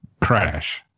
Crash